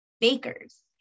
Bakers